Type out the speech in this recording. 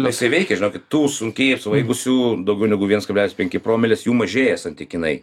jisai veikia žinokit tų sunkiai apsvaigusių daugiau negu viens kablelis penki promilės jų mažėja santykinai